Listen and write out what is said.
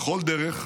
בכל דרך,